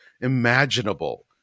imaginable